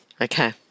Okay